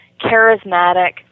charismatic